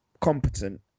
competent